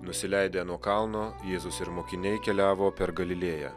nusileidę nuo kalno jėzus ir mokiniai keliavo per galilėją